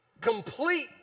Complete